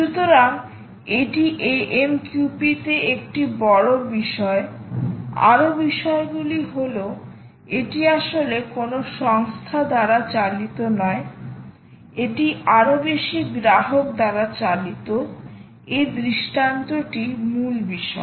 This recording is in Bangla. সুতরাং এটি AMQP তে একটি বড় বিষয় আরও বিষয়গুলি হল এটি আসলে কোনও সংস্থা দ্বারা চালিত নয়এটি আরও বেশি গ্রাহক দ্বারা চালিত এই দৃষ্টান্তটি মূল বিষয়